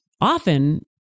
often